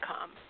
come